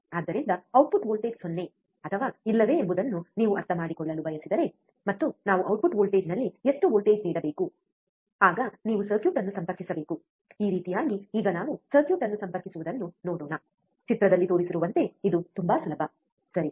ಆದ್ದರಿಂದ output voltage 0 ಅಥವಾ ಇಲ್ಲವೇ ಎಂಬುದನ್ನು ನೀವು ಅರ್ಥಮಾಡಿಕೊಳ್ಳಲು ಬಯಸಿದರೆ ಮತ್ತು ನಾವು ಔಟ್ಪುಟ್ ವೋಲ್ಟೇಜ್ನಲ್ಲಿ ಎಷ್ಟು ವೋಲ್ಟೇಜ್ ನೀಡಬೇಕು ಆಗ ನೀವು ಸರ್ಕ್ಯೂಟ್ ಅನ್ನು ಸಂಪರ್ಕಿಸಬೇಕು ಈ ರೀತಿಯಾಗಿ ಈಗ ನಾವು ಸರ್ಕ್ಯೂಟ್ ಅನ್ನು ಸಂಪರ್ಕಿಸುವುದನ್ನು ನೋಡೋಣ ಚಿತ್ರದಲ್ಲಿ ತೋರಿಸಿರುವಂತೆ ಇದು ತುಂಬಾ ಸುಲಭ ಸರಿ